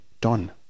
Don